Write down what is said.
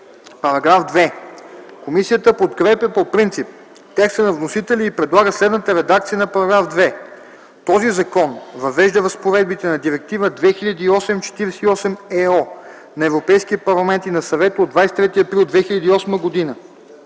ДИМИТРОВ: Комисията подкрепя по принцип текста на вносителя и предлага следната редакция на § 2: „§ 2. Този закон въвежда разпоредбите на Директива 2008/48/ЕО на Европейския парламент и на Съвета от 23 април 2008 г.